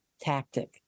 tactic